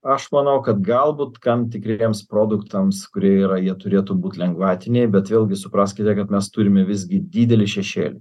aš manau kad galbūt kam tikriems produktams kurie yra jie turėtų būt lengvatiniai bet vėlgi supraskite kad mes turime visgi didelį šešėlį